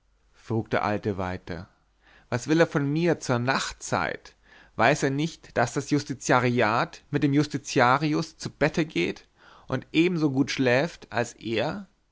frug der alte weiter was will er von mir zur nachtzeit weiß er nicht daß das justitiariat mit dem justitiarius zu bette geht und ebensogut schläft als er